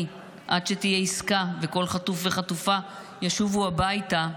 עד שתהיה עסקה וכל חטוף וחטופה ישובו הביתה,